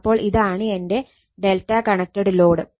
അപ്പോൾ ഇതാണ് എന്റെ Δ കണക്റ്റഡ് ലോഡ്